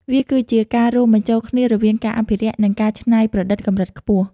វាគឺជាការរួមបញ្ចូលគ្នារវាងការអភិរក្ស និងការច្នៃប្រឌិតកម្រិតខ្ពស់។